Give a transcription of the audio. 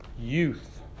youth